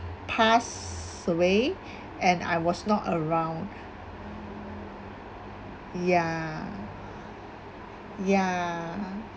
passed away and I was not around ya ya